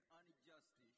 unjust